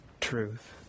truth